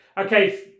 Okay